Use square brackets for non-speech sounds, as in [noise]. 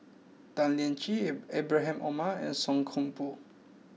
Tan Lian Chye [hesitation] Ibrahim Omar and Song Koon Poh